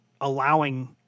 allowing –